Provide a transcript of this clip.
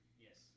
Yes